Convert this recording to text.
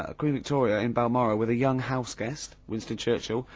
ah queen victoria in balmoral with a young house guest, winston churchill,